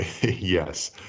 yes